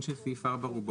התיקון של סעיף 4 כבר אושר.